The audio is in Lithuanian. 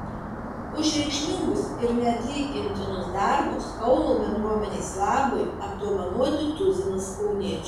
už reikšmingus ir neatlygintinus darbus kauno bendruomenės labui apdovanoti tuzinas kauniečių